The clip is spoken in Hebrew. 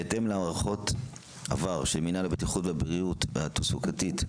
בהתאם להערכות עבר של מינהל הבטיחות והבריאות התעסוקתית,